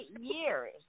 years